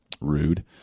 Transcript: rude